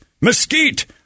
mesquite